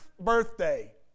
birthday